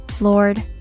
Lord